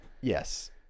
yes